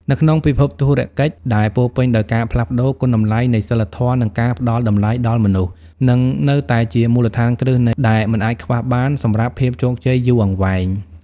នៅក្នុងពិភពធុរកិច្ចដែលពោពេញដោយការផ្លាស់ប្តូរ គុណតម្លៃនៃសីលធម៌ និងការផ្តល់តម្លៃដល់មនុស្ស នឹងនៅតែជាមូលដ្ឋានគ្រឹះដែលមិនអាចខ្វះបានសម្រាប់ភាពជោគជ័យយូរអង្វែង។